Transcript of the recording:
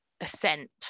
assent